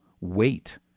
wait